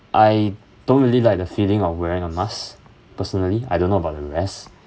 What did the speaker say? I don't really like the feeling of wearing a mask personally I don't know about the rest